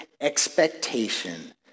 expectation